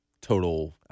total